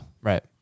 right